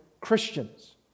Christians